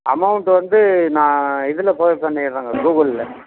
amount வந்து நான் இதில் போய் பண்ணிகிறேங்க கூகுளில்